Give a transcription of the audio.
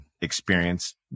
experience